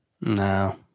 No